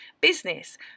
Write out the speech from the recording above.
business